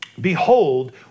Behold